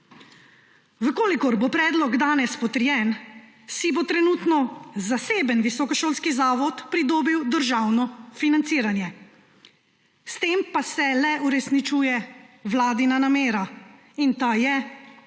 Če bo predlog danes potrjen, si bo trenutno zaseben visokošolski zavod pridobil državno financiranje. S tem pa se le uresničuje vladina namera, in ta je,